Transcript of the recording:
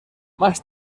más